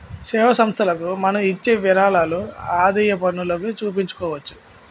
సేవా సంస్థలకు మనం ఇచ్చే విరాళాలు ఆదాయపన్నులోకి చూపించుకోవచ్చు